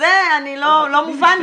זה לא מובן לי.